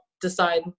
decide